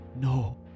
No